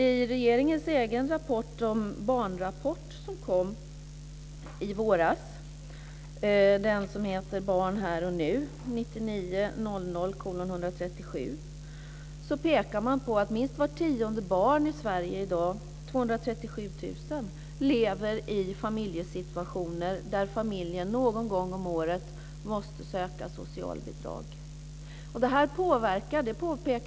I regeringens egen barnrapport som kom i våras, Barn här och nu, 1999/2000:137, pekar man på att minst vart tionde barn i Sverige i dag - 237 000 barn - lever i familjer där man någon gång om året måste söka socialbidrag.